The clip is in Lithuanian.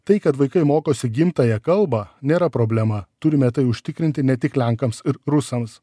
tai kad vaikai mokosi gimtąją kalbą nėra problema turime tai užtikrinti ne tik lenkams ir rusams